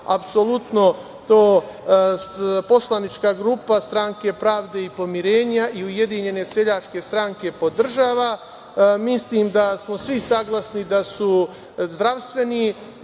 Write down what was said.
apsolutno to poslanička grupa Stranke pravde i pomirenja i Ujedinjene seljačke stranke podržava. Mislim da smo svi saglasni da su zdravstveni